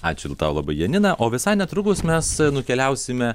ačiū tau labai janina o visai netrukus mes nukeliausime